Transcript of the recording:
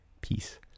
Peace